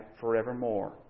forevermore